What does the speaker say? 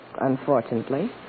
unfortunately